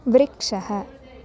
वृक्षः